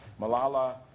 Malala